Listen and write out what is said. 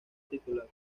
titular